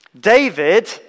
David